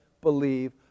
believe